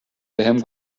بهم